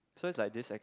so is like this acc~